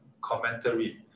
commentary